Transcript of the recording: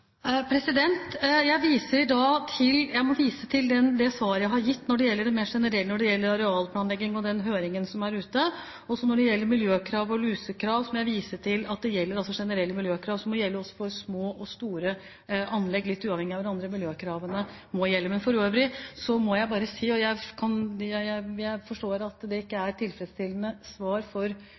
fall? Jeg må vise til det svaret jeg har gitt når det gjelder det mer generelle, som arealplanlegging og høringen som er ute. Når det gjelder miljøkrav og lusekrav, må jeg vise til at det gjelder generelle miljøkrav for både små og store anlegg, litt uavhengig av hverandre; miljøkravene må gjelde. Men for øvrig må jeg bare si, og jeg forstår at det ikke er et tilfredsstillende svar for